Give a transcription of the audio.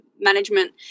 management